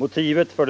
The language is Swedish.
Motivet för